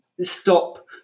stop